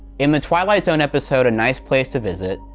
in the twilight zone episode, a nice place to visit,